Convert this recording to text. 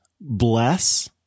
Bless